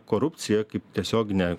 korupcija kaip tiesioginė